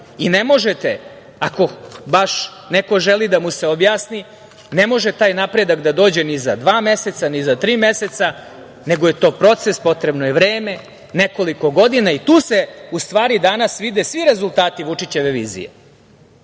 neko baš želi da mu se objasni, ne može taj napredak da dođe ni za dva meseca, ni za tri meseca, nego je to proces, potrebno je vreme, nekoliko godina. Tu se, u stvari danas vide svi rezultati Vučićeve vizije,